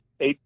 eight